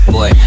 Boy